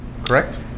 correct